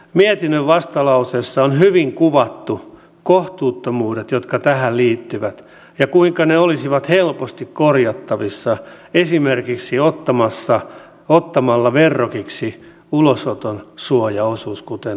mietinnön vastalauseessa on hyvin kuvattu kohtuuttomuudet jotka tähän liittyvät ja kuinka ne olisivat helposti korjattavissa esimerkiksi ottamalla verrokiksi ulosoton suojaosuuden kuten on esitetty